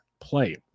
play